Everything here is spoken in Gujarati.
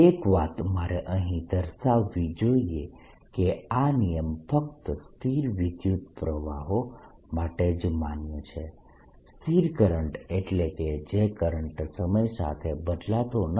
એક વાત મારે અહીં દર્શાવવી જોઈએ કે આ નિયમ ફક્ત સ્થિર વિદ્યુતપ્રવાહો માટે જ માન્ય છે સ્થિર કરંટ એટલે કે જે કરંટ સમય સાથે બદલાતો નથી